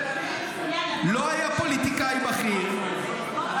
לא היה פוליטיקאי בכיר,